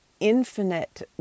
infinite